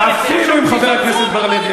זה חוצפה.